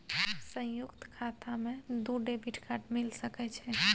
संयुक्त खाता मे दू डेबिट कार्ड मिल सके छै?